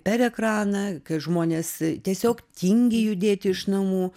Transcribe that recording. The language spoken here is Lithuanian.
per ekraną kai žmonės tiesiog tingi judėti iš namų